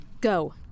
Go